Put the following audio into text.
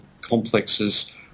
complexes